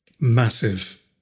massive